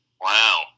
Wow